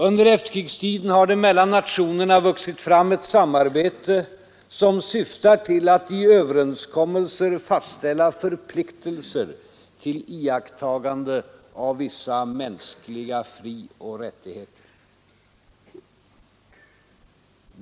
Under efterkrigstiden har det mellan nationerna vuxit fram ett samarbete, som syftar till att i överenskommelser fastställa förpliktelser till iakttagande av vissa mänskliga frioch rättigheter.